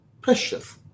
precious